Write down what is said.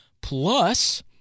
Plus